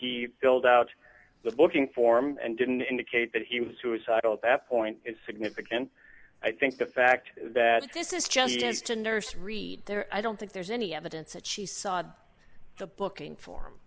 he filled out the booking form and didn't indicate that he was suicidal at that point is significant i think the fact that this is just to nurse reed there i don't think there's any evidence that she saw the booking for